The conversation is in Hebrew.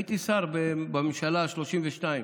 בצלאל, הייתי שר בממשלה השלושים-ושתיים,